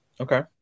Okay